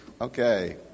Okay